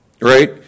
right